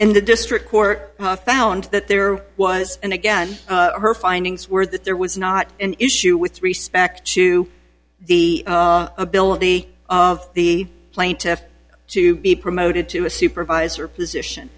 and the district court found that there was and again her findings were that there was not an issue with respect to the ability of the plaintiff to be promoted to a supervisor position